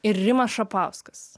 ir rimas šapauskas